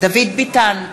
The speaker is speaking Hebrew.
דוד ביטן,